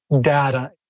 data